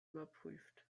überprüft